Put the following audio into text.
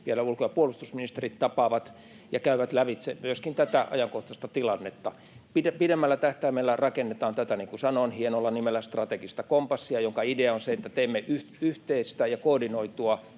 vielä ulko- ja puolustusministerit tapaavat ja käyvät lävitse myöskin tätä ajankohtaista tilannetta. Pidemmällä tähtäimellä rakennetaan tätä, niin kuin sanoin hienolla nimellä ”strategista kompassia”, jonka idea on se, että teemme yhteistä ja koordinoitua